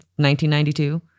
1992